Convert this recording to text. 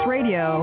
radio